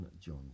John